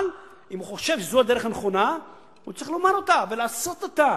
אם הוא חושב שזו הדרך הנכונה הוא צריך לומר אותה ולעשות אותה.